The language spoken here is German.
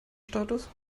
status